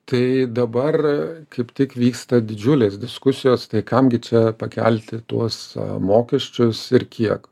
tai dabar kaip tik vyksta didžiulės diskusijos tai kam gi čia pakelti tuos mokesčius ir kiek